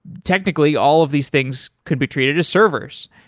technically, all of these things could be treated as servers.